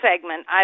segment